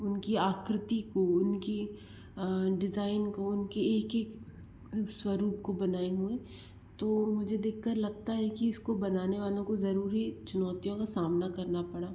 उनकी आकृति को उनकी डिज़ाइन को उनकी एक एक स्वरूप को बनाए हुए तो मुझे देख कर लगता है की उसको बनाने वालों को ज़रूरी चुनौतियों का सामना करना पड़ा